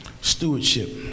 Stewardship